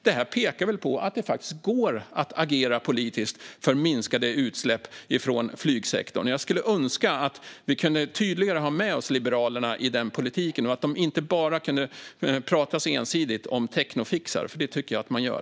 Det pekar väl på att det faktiskt går att agera politiskt för minskade utsläpp från flygsektorn. Jag skulle önska att vi tydligare kunde ha med oss Liberalerna i den politiken och att de inte bara skulle prata så ensidigt om teknofixar som jag tycker att man gör.